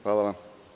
Hvala vam.